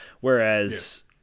Whereas